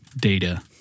data